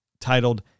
titled